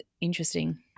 interesting